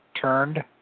turned